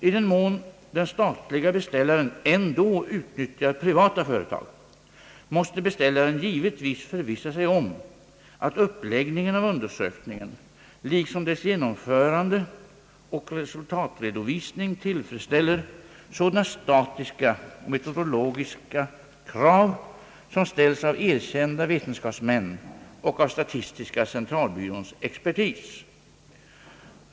I den mån den statlige beställaren ändå utnyttjar privata företag måste beställaren givetvis förvissa sig om att uppläggningen av undersökningen, liksom dess genomförande och resultatredovisning tillfredsställer sådana sta tistiska och metodologiska krav, som ställs av erkända vetenskapsmän och av statistiska centralbyråns expertis.